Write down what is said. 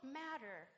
matter